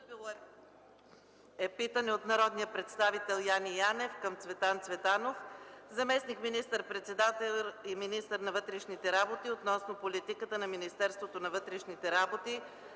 2011 г.; - народния представител Яне Янев към Цветан Цветанов – заместник министър-председател и министър на вътрешните работи, относно политиката на Министерството на вътрешните работи